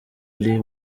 lee